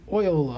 Oil